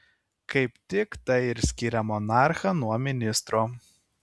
kaip tik tai ir skiria monarchą nuo ministro